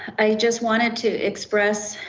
i just wanted to express